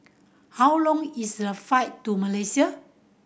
how long is the flight to Malaysia